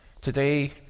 Today